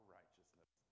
righteousness